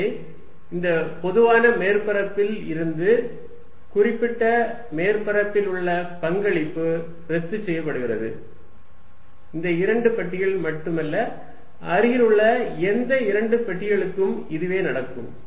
எனவே இந்த பொதுவான மேற்பரப்பில் இருந்து குறிப்பிட்ட மேற்பரப்பில் உள்ள பங்களிப்பு ரத்துசெய்யப்படும் இந்த இரண்டு பெட்டிகள் மட்டுமல்ல அருகிலுள்ள எந்த இரண்டு பெட்டிகளுக்கும் இதுவே நடக்கும்